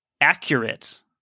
accurate